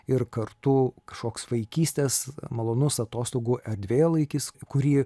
ir kartu kažkoks vaikystės malonus atostogų erdvėlaikis kurį